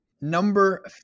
Number